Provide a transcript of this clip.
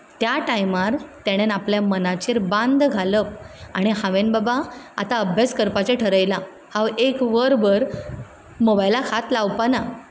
त्या टायमार तेणेंन आपल्या मनाचेर बांद घालप आनी हावें बाबा आतां अभ्यास करपाचें ठरयलां हांव एक वर भर मोबायलाक हात लावपा ना